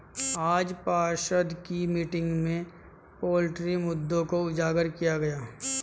आज पार्षद की मीटिंग में पोल्ट्री मुद्दों को उजागर किया गया